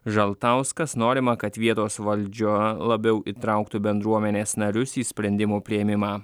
žaltauskas norima kad vietos valdžia labiau įtrauktų bendruomenės narius į sprendimų priėmimą